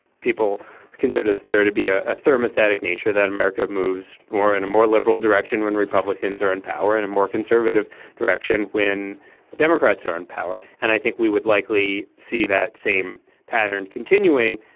people are conservatives there to be a thermos static nature that america moves more in a more liberal direction when republicans are in power, in a more conservative direction. when democrats are in power. and i think we would likely see that same pattern continuing.